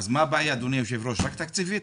אז מה הבעיה אדוני היושב-ראש, רק תקציבית?